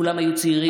כולם היו צעירים.